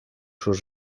sus